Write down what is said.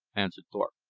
answered thorpe.